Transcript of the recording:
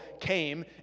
came